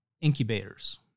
incubators